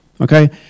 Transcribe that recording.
okay